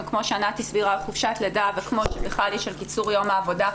וכמו שענת הסבירה על חופשת לידה וקיצור יום העבודה,